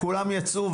כולם יצאו,